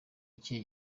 iki